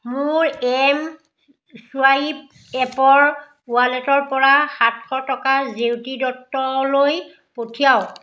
মোৰ M swipe এপৰ ৱালেটৰ পৰা সাতশ টকা জেউতি দত্তলৈ পঠিয়াওক